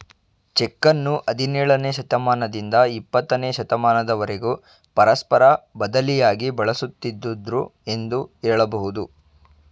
ಚೆಕ್ಕನ್ನು ಹದಿನೇಳನೇ ಶತಮಾನದಿಂದ ಇಪ್ಪತ್ತನೇ ಶತಮಾನದವರೆಗೂ ಪರಸ್ಪರ ಬದಲಿಯಾಗಿ ಬಳಸುತ್ತಿದ್ದುದೃ ಎಂದು ಹೇಳಬಹುದು